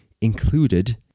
included